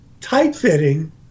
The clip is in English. tight-fitting